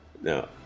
now